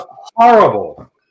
horrible